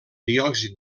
diòxid